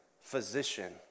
physician